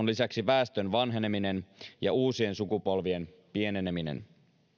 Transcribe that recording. lisäksi väestön vanheneminen ja uusien sukupolvien pieneneminen